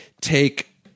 take